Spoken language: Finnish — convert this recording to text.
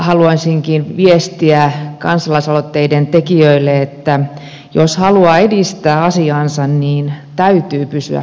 haluaisinkin viestiä kansalaisaloitteiden tekijöille että jos haluaa edistää asiaansa niin täytyy pysyä faktoissa